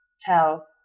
tell